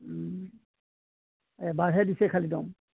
এবাৰহে দিছে খালি দম